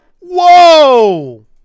whoa